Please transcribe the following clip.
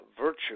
virtue